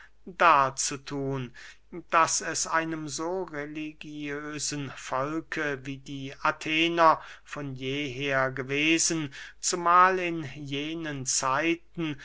darzuthun daß es einem so religiösen volke wie die athener von jeher gewesen zumahl in jenen zeiten